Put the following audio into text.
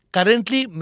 Currently